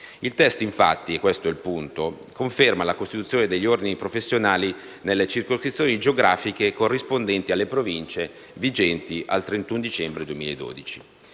Il punto è che il testo conferma la costituzione degli Ordini professionali nelle circoscrizioni geografiche corrispondenti alle Province vigenti al 31 dicembre 2012.